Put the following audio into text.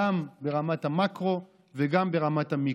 גם ברמת המקרו וגם ברמת המיקרו.